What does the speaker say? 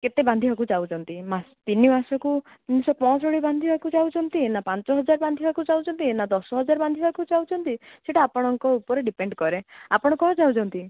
କେତେ ବାନ୍ଧିବାକୁ ଚାହୁଁଛନ୍ତି ମାସ ତିନି ମାସକୁ ତିନିଶହ ପଞ୍ଚଷଠି ବାନ୍ଧିବାକୁ ଚାହୁଁଛନ୍ତି ନା ପାଞ୍ଚ ହଜାର ବାନ୍ଧିବାକୁ ଚାହୁଁଛନ୍ତି ନା ଦଶ ହଜାର ବାନ୍ଧିବାକୁ ଚାହୁଁଛନ୍ତି ସେଇଟା ଆପଣଙ୍କ ଉପରେ ଡିପେଣ୍ଡ୍ କରେ ଆପଣ କ'ଣ ଚାହୁଁଛନ୍ତି